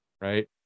right